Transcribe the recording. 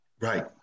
Right